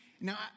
Now